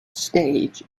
stage